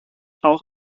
auch